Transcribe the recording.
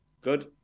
Good